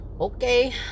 okay